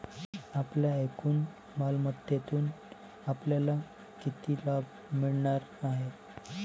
आपल्या एकूण मालमत्तेतून आपल्याला किती लाभ मिळणार आहे?